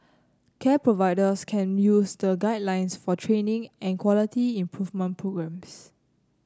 care providers can use the guidelines for training and quality improvement programmes